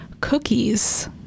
cookies